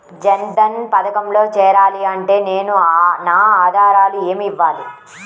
జన్ధన్ పథకంలో చేరాలి అంటే నేను నా ఆధారాలు ఏమి ఇవ్వాలి?